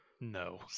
No